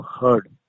heard